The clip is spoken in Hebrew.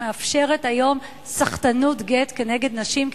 שמאפשרת היום סחטנות גט כנגד נשים,